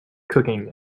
cooking